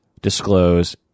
disclose